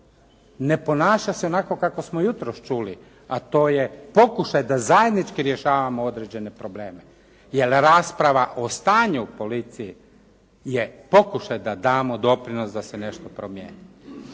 ne ponaša se onako kako smo jutros čuli, a to je pokušaj da zajednički rješavamo određene probleme. Jer rasprava o stanju u policiji je pokušaj da damo doprinos da se nešto promijeni.